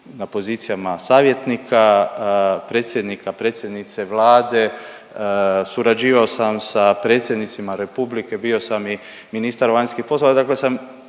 na pozicijama savjetnika, predsjednika, predsjednice Vlade, surađivao sam sa predsjednicima Republike, bio sam i ministar vanjskih poslova.